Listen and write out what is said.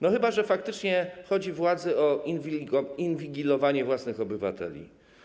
No chyba że faktycznie chodzi władzy o inwigilowanie własnych obywateli.